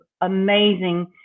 amazing